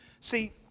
See